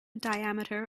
diameter